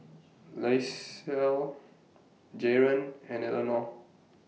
Lisle Jaron and Elenor